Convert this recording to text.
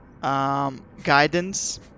Guidance